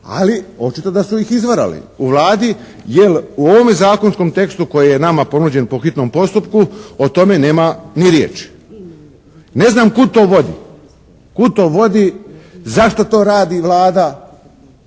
ali očito da su ih izvarali. U Vladi jel u ovome zakonskom tekstu koji je nama ponuđen po hitnom postupku o tome nema ni riječi. Ne znam kud to vodi, kud to vodi, zašto to radi Vlada?